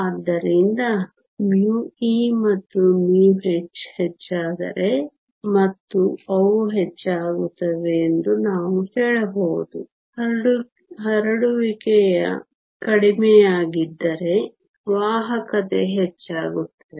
ಆದ್ದರಿಂದ μe ಮತ್ತು μh ಹೆಚ್ಚಾದರೆ ಮತ್ತು ಅವು ಹೆಚ್ಚಾಗುತ್ತವೆ ಎಂದು ನಾವು ಹೇಳಬಹುದು ಹರಡುವಿಕೆಯು ಕಡಿಮೆಯಾಗಿದ್ದರೆ ವಾಹಕತೆ ಹೆಚ್ಚಾಗುತ್ತದೆ